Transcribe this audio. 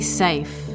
safe